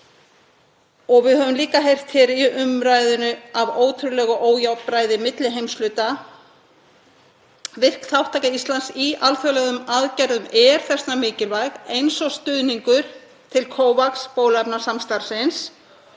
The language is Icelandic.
Við höfum líka heyrt hér í umræðunni af ótrúlegu ójafnræði milli heimshluta. Virk þátttaka Íslands í alþjóðlegum aðgerðum er þess vegna mikilvæg, eins og stuðningur til COVAX-bóluefnasamstarfsins